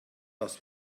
das